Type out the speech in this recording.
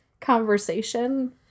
conversation